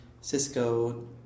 Cisco